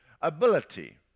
ability